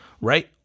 Right